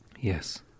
Yes